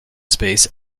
space